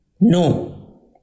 No